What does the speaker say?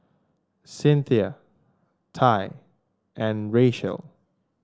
Cynthia Tai and Rachelle